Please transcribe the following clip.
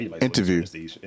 Interview